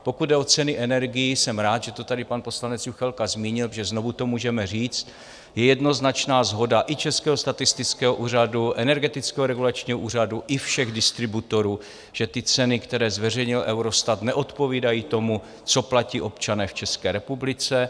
Pokud jde o ceny energií, jsem rád, že to tady pan poslanec Juchelka zmínil, protože znovu to můžeme říct, je jednoznačná shoda i Českého statistického úřadu, Energetického regulačního úřadu i všech distributorů, že ceny, které zveřejnil Eurostat, neodpovídají tomu, co platí občané v České republice.